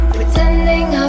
Pretending